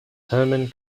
hermann